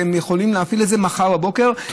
והם יכולים להפעיל את זה מחר בבוקר,